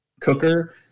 cooker